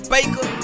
Baker